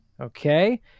Okay